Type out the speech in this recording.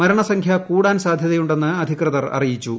മരണസംഖ്യ കൂടാൻ സാധ്യതയുണ്ടെന്ന് അധികൃതർ അറിയിച്ചു